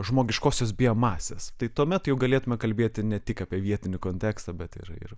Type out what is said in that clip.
žmogiškosios biomasės tai tuomet jau galėtume kalbėti ne tik apie vietinį kontekstą bet ir ir